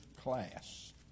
class